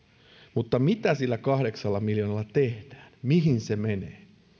mutta mitä sillä kahdeksalla miljoonalla tehdään mihin se menee